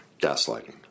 gaslighting